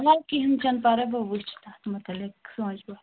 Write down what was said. وَلہٕ کِہیٖنٛۍ چھَ نہٕ پَرواے بہٕ وُِچھٕ تَتھ مُتعلِق سوںٛچہٕ بہٕ